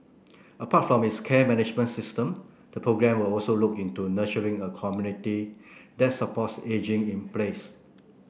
apart from its care management system the programme will also look into nurturing a community that supports ageing in place